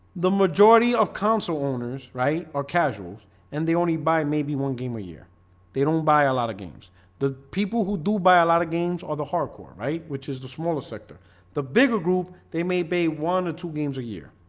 the majority of council owners, right or casuals and the only buy maybe one game a year they don't buy a lot of games the people who do buy a lot of games or the hardcore, right? which is the smaller sector the bigger group they may pay one or two games a year.